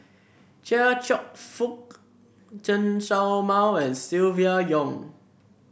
Chia Cheong Fook Chen Show Mao and Silvia Yong